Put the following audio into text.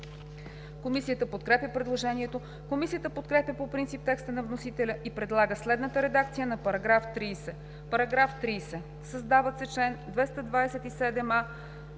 Комисията подкрепя предложението. Комисията подкрепя по принцип текста на вносителя и предлага следната редакция на § 30: „§ 30. Създават се чл. 227а